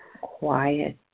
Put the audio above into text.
quiet